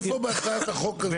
איפה בהצעת החוק הזה?